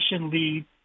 lead